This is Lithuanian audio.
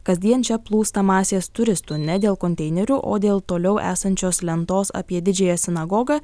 kasdien čia plūsta masės turistų ne dėl konteinerių o dėl toliau esančios lentos apie didžiąją sinagogą